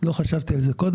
שלא חשבתי על זה קודם.